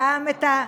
גם את,